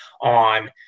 on